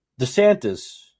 DeSantis